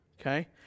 Okay